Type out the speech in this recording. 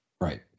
Right